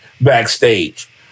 backstage